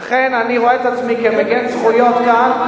לכן אני רואה את עצמי שמגן זכויות כאן,